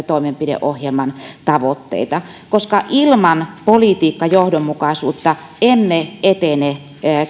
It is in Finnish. toimenpideohjelman tavoitteita koska ilman politiikkajohdonmukaisuutta emme etene